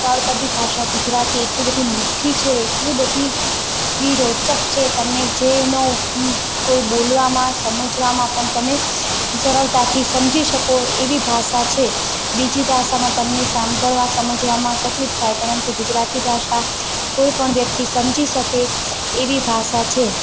તળપદી ભાષા ગુજરાતી ભાષા એટલી બધી મીઠ્ઠી છે કે એટલી બધી ધી રોચક છે તમને જે એનો ઉપ કોઈ બોલવામાં સમજવામાં પણ તમે સરળતાથી સમજી શકો એવી ભાષા છે બીજી ભાષામાં તમને સાંભળવા સમજવામાં તકલીફ થાય પરંતુ ગુજરાતી ભાષા કોઈ પણ વ્યકિત સમજી શકે એવી ભાષા છે